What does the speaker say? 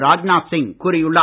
ராஜ்நாத் சிங் கூறியுள்ளார்